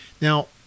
Now